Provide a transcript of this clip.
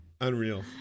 Unreal